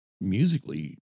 musically